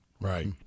Right